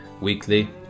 weekly